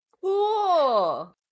Cool